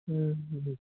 ओं दे